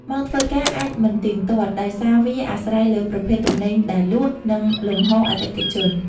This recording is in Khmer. ម៉ោងធ្វើការអាចមិនទៀងទាត់ ដោយសារវាអាស្រ័យលើប្រភេទទំនិញដែលលក់ និងលំហូរអតិថិជន។